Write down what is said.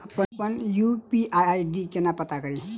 अप्पन UPI ID केना पत्ता कड़ी?